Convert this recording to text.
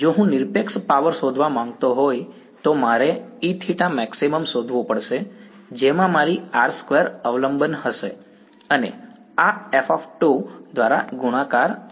જો હું નિરપેક્ષ પાવર શોધવા માંગતો હોય તો મારે Eθ શોધવું પડશે જેમાં મારી r2 અવલંબન હશે અને આ |F|2 દ્વારા ગુણાકાર થશે